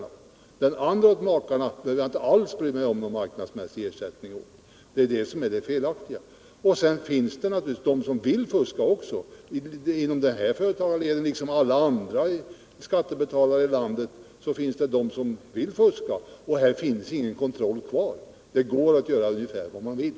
För den andra maken behöver jag inte alls bry mig om den marknadsmässiga ersättningen. Det är det som är det felaktiga. Naturligtvis finns det alltid människor som vill fuska. Det finns bland alla skattebetalare i landet sådana som vill undandra sig skatt. Och i det här avseendet finns det då ingen kontroll kvar. Det går att göra ungefär som man vill.